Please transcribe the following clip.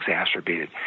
exacerbated